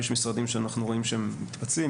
יש משרדים שאנחנו רואים שהם מתפצלים,